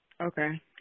Okay